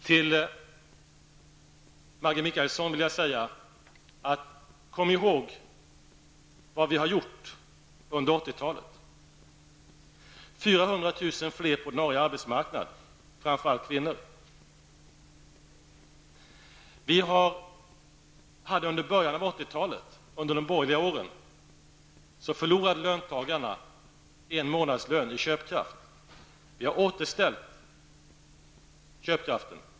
Till Maggi Mikaelsson vill jag säga: Kom ihåg vad vi gjort under 1980-talet -- 400 000 fler på arbetsmarknaden, framför allt kvinnor! Under början av 1980-talet, under de borgerliga åren, förlorade löntagarna en månadslön i köpkraft. Vi har återställt köpkraften.